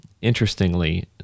interestingly